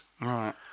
right